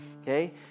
okay